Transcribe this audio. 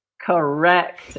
Correct